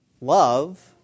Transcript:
love